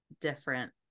different